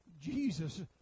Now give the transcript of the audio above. Jesus